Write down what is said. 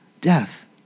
death